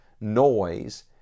noise